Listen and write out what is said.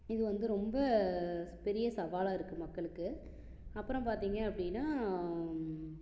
இது வந்து ரொம்ப பெரிய சவாலாக இருக்கு மக்களுக்கு அப்புறம் பார்த்திங்க அப்படினா